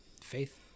faith